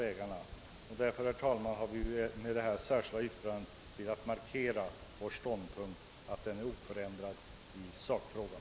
Därför har vi, herr talman, med det särskilda yttrandet velat markera, att vår ståndpunkt är oförändrad i sakfrågan.